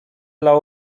dla